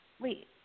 Wait